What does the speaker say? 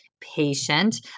patient